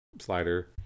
slider